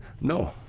No